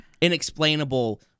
inexplainable